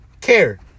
Care